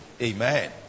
Amen